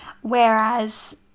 whereas